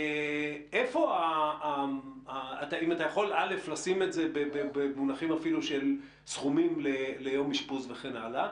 אם אתה יכול לשים את זה במונחים אפילו של סכומים ליום אשפוז וכן הלאה,